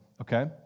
okay